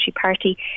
Party